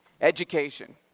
Education